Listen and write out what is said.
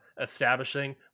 Establishing